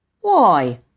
Why